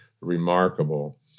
remarkable